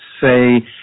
say